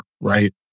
right